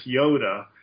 Yoda